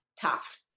tough